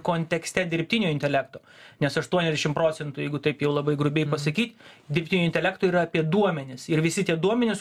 kontekste dirbtinio intelekto nes aštuoniasdešim procentų jeigu taip jau labai grubiai pasakyt dirbtinio intelekto yra apie duomenis ir visi tie duomenys